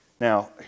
now